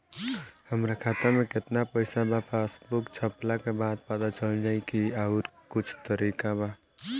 हमरा खाता में केतना पइसा बा पासबुक छपला के बाद पता चल जाई कि आउर कुछ तरिका बा?